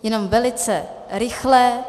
Jenom velice rychle.